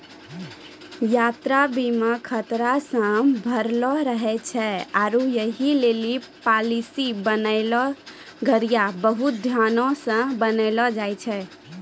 यात्रा बीमा खतरा से भरलो रहै छै आरु यहि लेली पालिसी बनाबै घड़ियां बहुते ध्यानो से बनैलो जाय छै